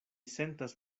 sentas